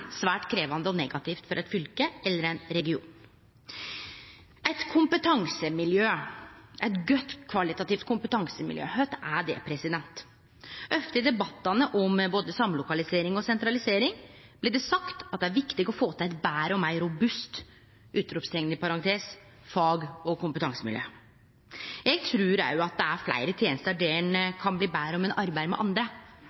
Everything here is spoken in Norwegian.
svært krevjande og negativt for eit fylke eller ein region. Eit kompetansemiljø, eit kvalitativt godt kompetansemiljø – kva er det? Ofte i debattane om både samlokalisering og sentralisering blir det sagt at det er viktig å få til eit betre og meir robust fag- og kompetansemiljø. Eg trur det er fleire tenester der ein